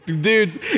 Dudes